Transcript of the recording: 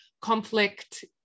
conflict